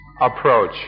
approach